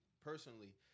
personally